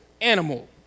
animal